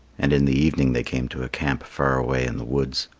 and in the evening they came to a camp far away in the woods.